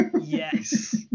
Yes